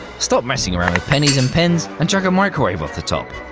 stop messing around pennies and pens and chuck a microwave off the top.